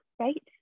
right